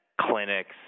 clinics